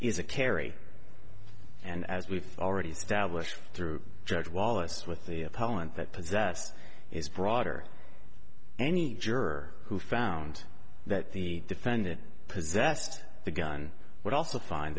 is a carry and as we've already established through judge wallace with the appellant that possessed is broader any juror who found that the defendant possessed the gun would also find